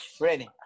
ready